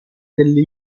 delle